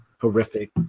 horrific